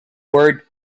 word